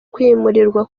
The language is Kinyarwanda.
kwimurirwa